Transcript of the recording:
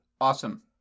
Awesome